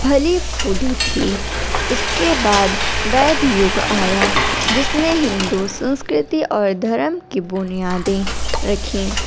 پھلی پھولی تھی اس کے بعد ویدھ یگ آیا جس نے ہندو سنسکرتی اور دھرم کی بنیادیں رکھیں